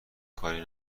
کاری